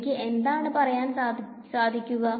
എനിക്ക് എന്താണ് പറയാൻ ആവുക